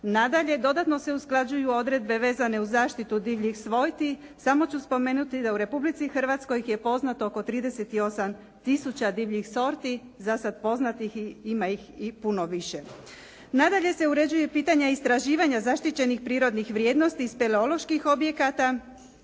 Nadalje, dodatno se usklađuju odredbe vezane uz zaštitu divljih svojti. Samo ću spomenuti da u Republici Hrvatskoj ih je poznato oko 38 tisuća divljih sorti zasad poznatih, ima ih i puno više. Nadalje se uređuje pitanje istraživanja zaštićenih prirodnih vrijednosti iz teleoloških objekata.